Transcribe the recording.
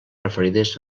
referides